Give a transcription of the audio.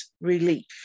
relief